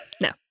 no